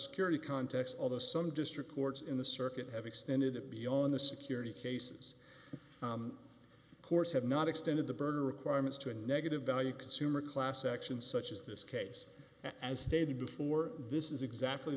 security context although some district courts in the circuit have extended it beyond the security cases courts have not extended the burger requirements to a negative value consumer class action such as this case as stated before this is exactly